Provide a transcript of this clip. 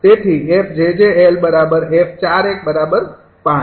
તેથી 𝑓𝑗𝑗𝑙𝑓૪૧૫